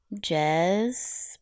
jazz